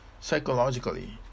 Psychologically